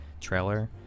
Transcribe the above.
trailer